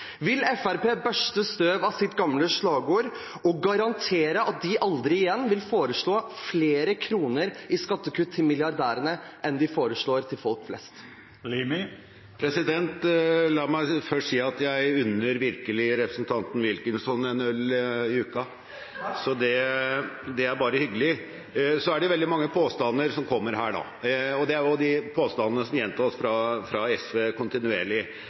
Vil Fremskrittspartiet børste støv av sitt gamle slagord og garantere at de aldri igjen vil foreslå flere kroner i skattekutt til milliardærene enn det de foreslår til folk flest? La meg først si at jeg unner virkelig representanten Wilkinson en øl i uka. Det er bare hyggelig. Så er det mange påstander her, og det er de påstandene som gjentas kontinuerlig fra SV.